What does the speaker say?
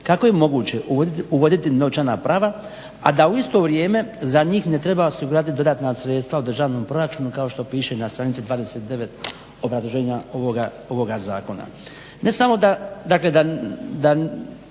kako je moguće uvoditi novčana prava, a da u isto vrijeme za njih ne treba osigurati dodatna sredstva u državnom proračunu kao što piše na stranici 29. obrazloženja ovoga zakona.